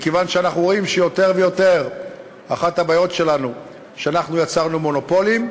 מכיוון שאנחנו רואים יותר ויותר שאחת הבעיות שלנו היא שיצרנו מונופולים,